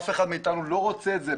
אף אחד מאיתנו לא רוצה את זה.